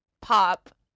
Pop